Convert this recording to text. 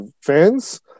fans